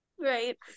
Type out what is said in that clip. Right